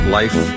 life